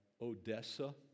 Odessa